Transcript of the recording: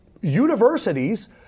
universities